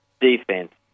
defense